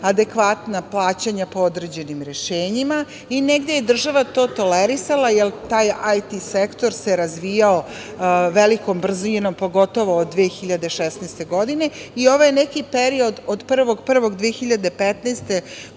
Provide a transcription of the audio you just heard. adekvatna plaćanja po određenim rešenjima i negde je država to tolerisala, jer taj IT sektor se razvijao velikom brzinom, pogotovo od 2016. godine.vo je neki period od 01.01.2015.